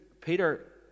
Peter